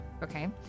Okay